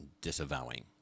disavowing